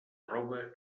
roba